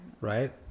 right